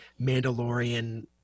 Mandalorian